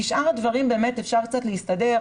כי עם שאר הדברים אפשר קצת להסתדר,